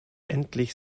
endlich